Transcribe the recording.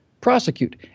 prosecute